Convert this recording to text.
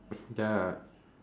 ya